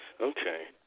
Okay